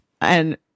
and-